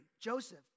Joseph